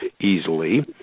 easily